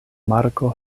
marko